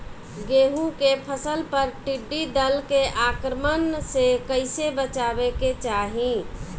गेहुँ के फसल पर टिड्डी दल के आक्रमण से कईसे बचावे के चाही?